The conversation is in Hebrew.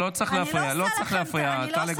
לא צריך להפריע, טלי גוטליב.